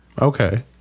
Okay